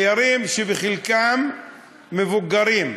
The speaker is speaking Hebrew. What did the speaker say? שחלקם מבוגרים,